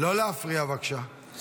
--- לא להפריע, בבקשה.